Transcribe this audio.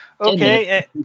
Okay